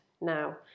now